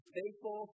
faithful